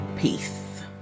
Peace